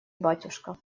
батюшка